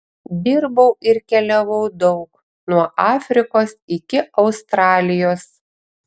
dirbau ir keliavau daug nuo afrikos iki australijos